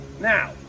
Now